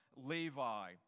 Levi